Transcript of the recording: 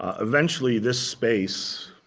ah eventually, this space,